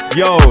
yo